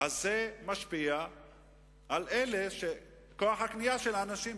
זה משפיע על כוח הקנייה של האנשים.